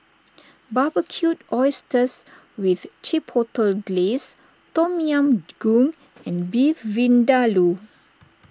Barbecued Oysters with Chipotle Glaze Tom Yam Goong and Beef Vindaloo